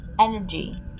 energy